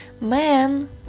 Man